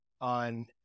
on